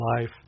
Life